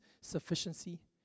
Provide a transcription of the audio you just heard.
sufficiency